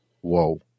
Whoa